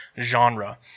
genre